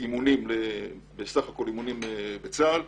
לסך כל האימונים בצה"ל,